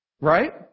Right